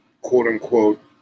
quote-unquote